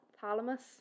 thalamus